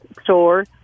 store